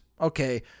Okay